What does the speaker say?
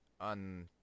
on